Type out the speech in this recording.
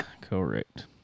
correct